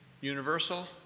universal